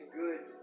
good